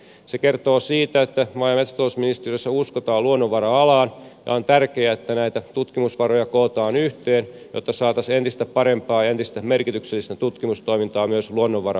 se kertoo siitä että maa ja metsätalousministeriössä uskotaan luonnonvara alaan ja on tärkeää että näitä tutkimusvaroja kootaan yhteen jotta saataisiin entistä parempaa ja entistä merkityksellisempää tutkimustoimintaa myös luonnonvara alalle